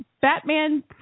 Batman